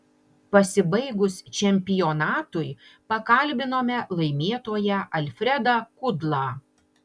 pasibaigus čempionatui pakalbinome laimėtoją alfredą kudlą